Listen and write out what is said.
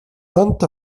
أنت